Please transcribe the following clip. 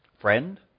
Friend